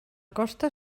costa